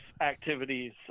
activities